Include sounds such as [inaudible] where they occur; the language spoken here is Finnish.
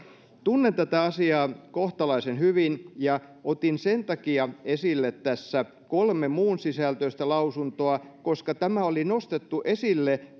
tunnen tätä asiaa kohtalaisen hyvin ja otin sen takia esille tässä kolme muunsisältöistä lausuntoa koska tämä oli nostettu esille [unintelligible]